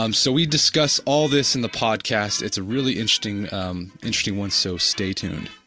um so we discuss all this in the podcast. it's a really interesting um interesting one, so stay tuned.